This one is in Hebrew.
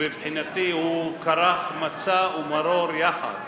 ומבחינתי הוא כרך מצה ומרור יחד.